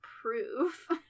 proof